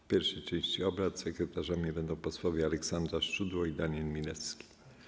W pierwszej części obrad sekretarzami będą posłowie Aleksandra Szczudło i Daniel Milewski.